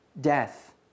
death